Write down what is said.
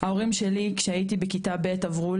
ההורים שלי כשהייתי בכיתה ב' עברו